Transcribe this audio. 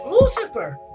Lucifer